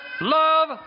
Love